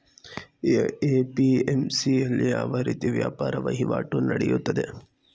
APMC ಯಲ್ಲಿ ಯಾವ ರೀತಿ ವ್ಯಾಪಾರ ವಹಿವಾಟು ನೆಡೆಯುತ್ತದೆ?